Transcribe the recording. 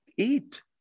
eat